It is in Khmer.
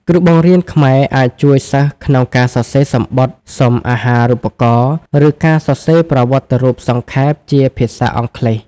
គ្រូបង្រៀនខ្មែរអាចជួយសិស្សក្នុងការសរសេរសំបុត្រសុំអាហារូបករណ៍ ឬការសរសេរប្រវត្តិរូបសង្ខេបជាភាសាអង់គ្លេស។